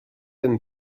and